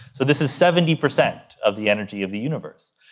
so this is seventy percent of the energy of the universe.